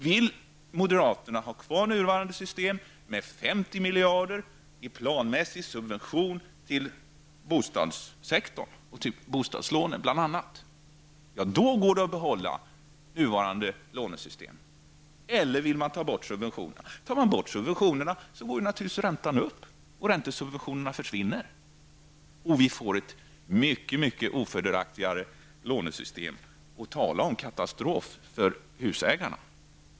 Om moderaterna vill ha kvar nuvarande system med 50 miljarder i planmässiga subventioner till bostadssektorn, bl.a. till bostadslånen, då kan det gå att behålla nuvarande lånesystem. Om man ta bort subventionerna går naturligtvis räntan upp, och räntesubventionerna försvinner. Dår får vi ett mycket ofördelaktigare lånesystem -- tala om katastrof för husägarna!